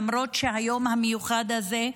למרות שהיום המיוחד הזה,